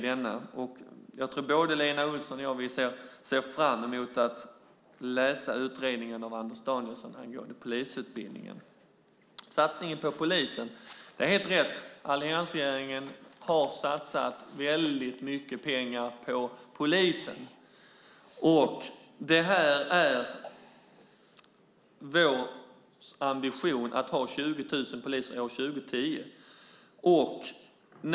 Jag tror att både Lena Olsson och jag ser fram emot att läsa utredningen av Anders Danielsson om polisutbildningen. Angående satsningen på poliser har Lena Olsson helt rätt. Alliansregeringen har satsat väldigt mycket pengar på polisen. Det är vår ambition att ha 20 000 poliser år 2010.